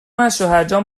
ازشوهرجان